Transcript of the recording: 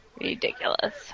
Ridiculous